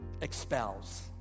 expels